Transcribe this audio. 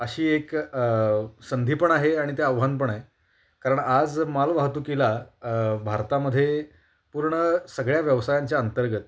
अशी एक संधी पण आहे आणि ते आव्हान पण आहे कारण आज मालवाहतुकीला भारतामध्ये पूर्ण सगळ्या व्यवसायांच्या अंतर्गत